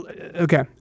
okay